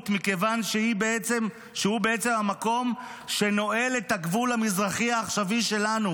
מכיוון שהוא בעצם המקום שנועל את הגבול המזרחי העכשווי שלנו